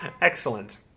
Excellent